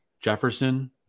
Jefferson